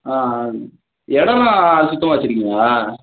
ஆ ஆ இடமெல்லாம் சுத்தமாக வச்சிருக்கீங்களா